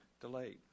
delayed